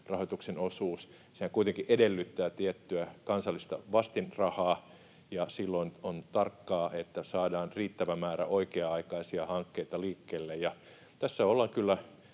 maksimoida. Sehän kuitenkin edellyttää tiettyä kansallista vastinrahaa, ja silloin on tarkkaa, että saadaan riittävä määrä oikea-aikaisia hankkeita liikkeelle. Tässä ollaan kyllä